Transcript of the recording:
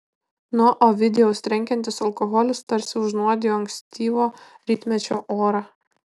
nuo ovidijaus trenkiantis alkoholis tarsi užnuodijo ankstyvo rytmečio orą